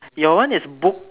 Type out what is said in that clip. your one is books